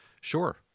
Sure